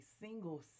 single